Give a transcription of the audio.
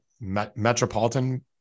Metropolitan